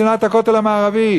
משנאת הכותל המערבי.